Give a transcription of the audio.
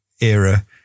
era